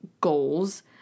goals